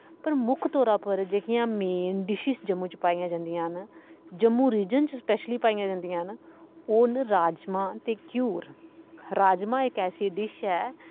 पर मुक्ख तौरा उप्पर जेह्कियां मेन डिशेस पाईयां जंदियां न जम्मू रीजन च सपैशली पाईंयां जंदियां न ओह् न राजमां ते घ्युर राजमां इक ऐसी डिश ऐ